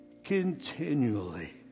continually